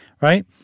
right